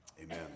Amen